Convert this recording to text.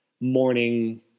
morning